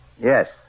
Yes